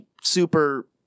super